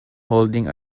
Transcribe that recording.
holding